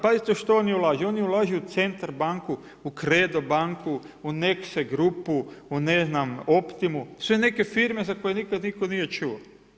Pazite u što oni ulažu, oni ulažu u Centar banku, u Credo banku, u Nexe grupu, u ne znam Optimu, sve neke firme za koje nikad nitko nije čuo.